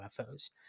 UFOs